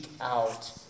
out